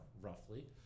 roughly